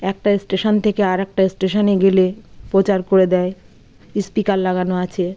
একটা স্টেশান থেকে আর একটা স্টেশানে গেলে প্রচার করে দেয় স্পিকার লাগানো আছে